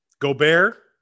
Gobert